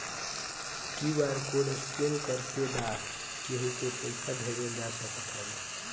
QR code के scan करके बा केहू के पईसा भेजल जा सकत हवे